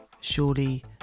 Surely